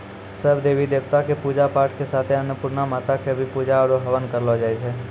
सब देवी देवता कॅ पुजा पाठ के साथे अन्नपुर्णा माता कॅ भी पुजा आरो हवन करलो जाय छै